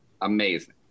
amazing